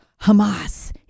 Hamas